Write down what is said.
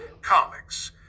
comics